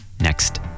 next